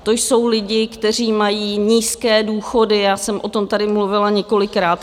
To jsou lidi, kteří mají nízké důchody, já jsem o tom tady mluvila několikrát.